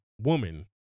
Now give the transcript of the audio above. woman